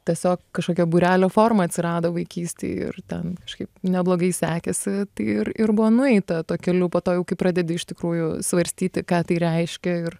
tiesiog kažkokia būrelio forma atsirado vaikystėj ir ten kažkaip neblogai sekėsi ir ir buvo nueita tuo keliu po to jau kai pradedi iš tikrųjų svarstyti ką tai reiškia ir